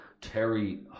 Terry